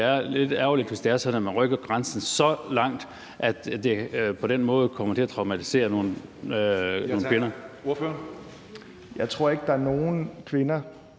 det er lidt ærgerligt, hvis det er sådan, at man rykker grænsen så langt, at det på den måde kommer til at traumatisere nogle kvinder. Kl. 17:12 Tredje næstformand